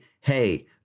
Hey